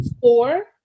four